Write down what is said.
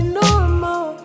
normal